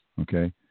okay